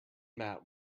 mat